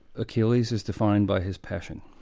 achilles is defined by his passion,